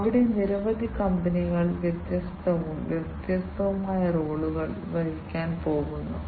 അതിനാൽ പാൽ പോലുള്ള കുറച്ച് ദ്രാവകം ഒഴുകുമ്പോൾ അത് അതിനനുസരിച്ച് കറങ്ങാൻ പോകുന്നു